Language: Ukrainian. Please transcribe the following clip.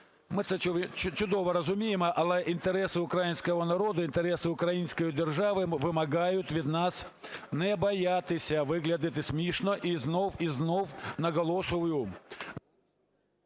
Ми це чудово розуміємо, але інтереси українського народу, інтереси української держави вимагають від нас не боятися виглядити смішно. І знов, і знов наголошую…